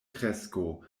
kresko